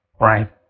right